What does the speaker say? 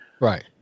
Right